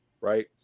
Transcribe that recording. right